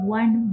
one